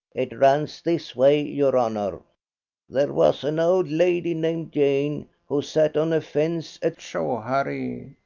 it runs this way, your honour. there was an old lady named jane who sat on a fence at schoharie.